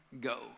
go